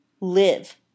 live